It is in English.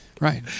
Right